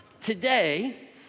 today